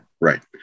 Right